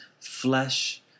flesh